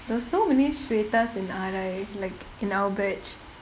there's so many sweta in R_I like in our batch